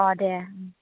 अ' दे